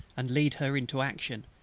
and lead her into action,